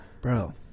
Bro